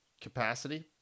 capacity